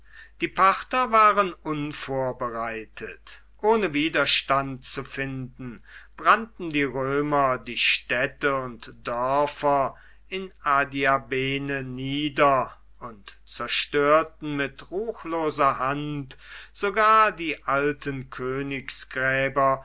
die parther waren unvorbereitet ohne widerstand zu finden brannten die römer die städte und dörfer in adiabene nieder und zerstörten mit ruchloser hand sogar die alten